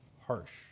harsh